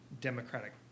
democratic